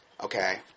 okay